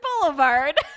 Boulevard